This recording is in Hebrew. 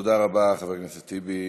תודה רבה, חבר הכנסת טיבי.